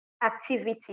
Activity